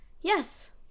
Yes